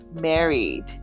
married